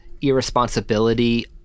irresponsibility